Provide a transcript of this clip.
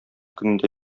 көнендә